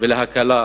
ולהקלת